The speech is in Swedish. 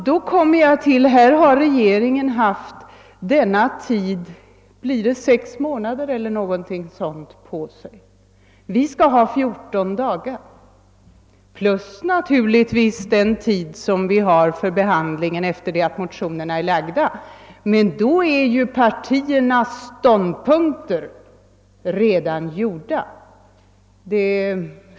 Regeringen har alltså i denna fråga haft cirka sex månader på sig, och vi skall ha fjorton dagar plus naturligtvis den tid som vi har för behandlingen sedan motionerna är lagda, men då är ju partiernas ställningstaganden redan gjorda.